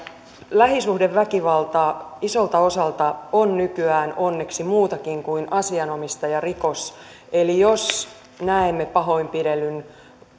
lähisuhdeväkivalta isolta osaltaan on nykyään onneksi muutakin kuin asianomistajarikos eli jos näemme pahoinpidellyn